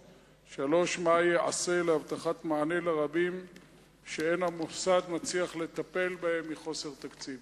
3. מה ייעשה להבטחת מענה לרבים שאין המוסד מצליח לטפל בהם מחוסר תקציב?